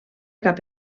cap